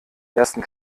ersten